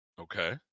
Okay